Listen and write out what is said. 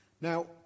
Now